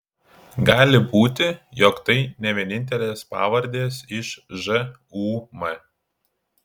gali būti jog tai ne vienintelės pavardės iš žūm